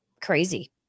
crazy